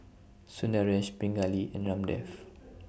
Sundaresh Pingali and Ramdev